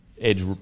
edge